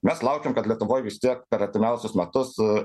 mes laukiam kad lietuvoj vis tiek per artimiausius metus